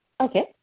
Okay